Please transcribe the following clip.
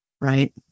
Right